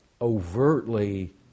overtly